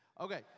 Okay